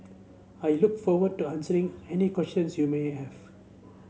I look forward to answering any questions you may have